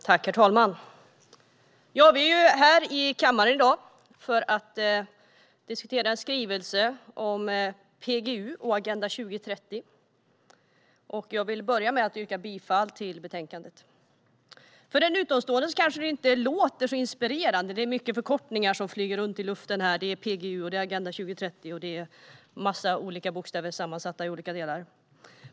Herr talman! Vi är här i kammaren i dag för att diskutera en skrivelse om PGU och Agenda 2030. Jag vill börja med att yrka bifall till förslaget i betänkandet. För en utomstående låter det kanske inte särskilt inspirerande. Många förkortningar flyger runt i luften; det är PGU, Agenda 2030 och en massa olika bokstäver som har satts samman.